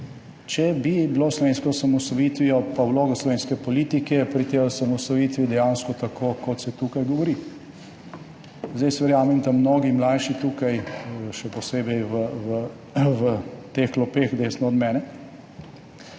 če bi bilo s slovensko osamosvojitvijo in vlogo slovenske politike pri tej osamosvojitvi dejansko tako, kot se tukaj govori. Jaz verjamem, da mnogi mlajši tukaj, še posebej v teh klopeh desno od mene,